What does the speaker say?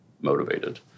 motivated